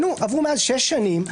עברו מאז שש שנים.